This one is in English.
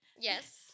Yes